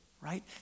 right